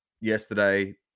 yesterday